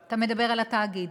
אתה מדבר על התאגיד.